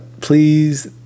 Please